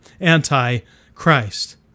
Antichrist